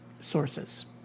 sources